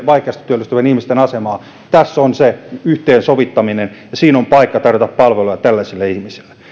vaikeasti työllistyvien ihmisten asemasta niin muun muassa tällaista on mietitty tässä on se yhteensovittaminen ja siinä on paikka tarjota palveluja tällaisille ihmisille